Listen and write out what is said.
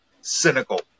cynical